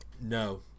no